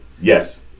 yes